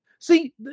See